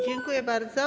Dziękuję bardzo.